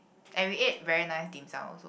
and we ate very nice dim-sum also